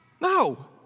No